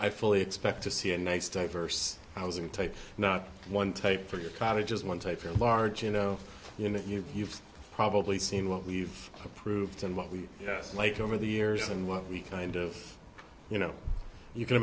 i fully expect to see a nice diverse i was in type not one type for your cottages one type or large you know you know you've probably seen what we've approved and what we like over the years and what we kind of you know you can